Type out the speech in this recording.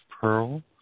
Pearl